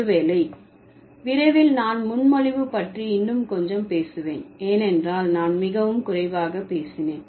ஒரு வேளை விரைவில் நான் முன்மொழிவு பற்றி இன்னும் கொஞ்சம் பேசுவேன் ஏனென்றால் நான் மிகவும் குறைவாக பேசினேன்